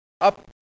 up